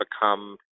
become